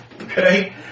Okay